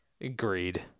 Agreed